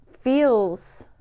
feels